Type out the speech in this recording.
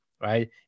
Right